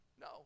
No